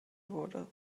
wurde